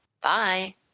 Bye